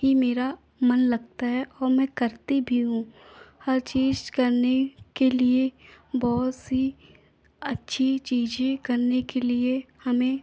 ही मेरा मन लगता है और मैं करती भी हूँ हर चीज़ करने के लिए बहुत सी अच्छी चीज़ें करने के लिए हमें